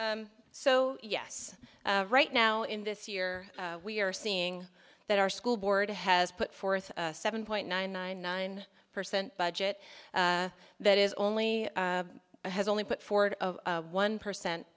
so yes right now in this year we are seeing that our school board has put forth a seven point nine nine nine percent budget that is only has only put forward a one percent